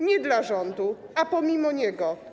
Nie dla rządu, a pomimo niego.